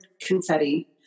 confetti